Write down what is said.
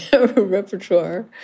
repertoire